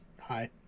hi